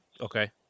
Okay